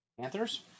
panthers